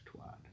twat